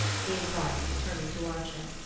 he enquired, turning to archer.